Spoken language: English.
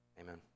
Amen